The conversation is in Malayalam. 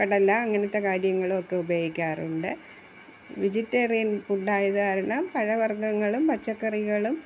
കടല അങ്ങനത്തെ കാര്യങ്ങളുമൊക്കെ ഉപയോഗിക്കാറുണ്ട് വെജിറ്റേറിയൻ ഫുഡ്ഡായത് കാരണം പഴ വർഗ്ഗങ്ങളും പച്ചക്കറികളും